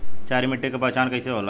क्षारीय मिट्टी के पहचान कईसे होला?